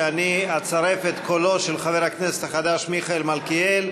שאני אצרף את קולו של חבר הכנסת החדש מיכאל מלכיאלי,